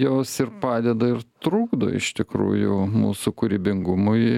jos ir padeda ir trukdo iš tikrųjų mūsų kūrybingumui